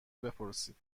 بپرسید